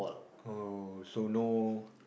oh so no